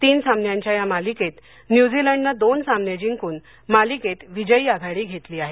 तीन सामन्यांच्या या मालिकेत न्यूझीलंडनं दोन सामने जिंकून मालिकेत विजयी आघाडी घेतली आहे